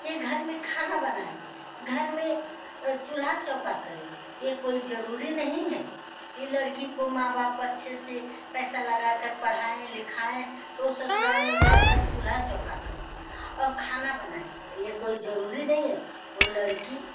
यह घर में खाना बनाए घर में चूल्हा चौका करे यह कोई ज़रूरी नहीं है कि लड़की को माँ बाप अच्छे से पैसा लगाकर पढ़ाएँ लिखाएँ तो ससुराल में जाकर चूल्हा चौका करे और खाना बनाए यह कोई ज़रूरी नहीं है वह लड़की